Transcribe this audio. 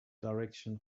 direction